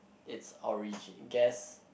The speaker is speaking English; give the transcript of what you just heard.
it's origin guess